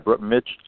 Mitch